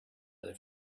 other